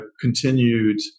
continued